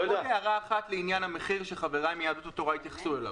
עוד הערה אחת לעניין המחיר שחבריי מיהדות התורה התייחסו אליו: